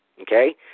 Okay